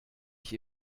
ich